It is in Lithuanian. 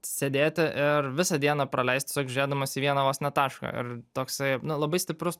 sėdėti ir visą dieną praleist tiesiog žiūrėdamas į vieną vos ne tašką ir toksai nu labai stiprus